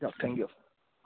দিয়ক thank U